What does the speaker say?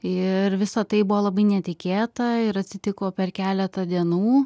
ir visa tai buvo labai netikėta ir atsitiko per keletą dienų